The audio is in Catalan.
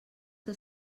que